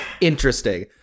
Interesting